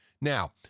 Now